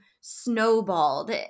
snowballed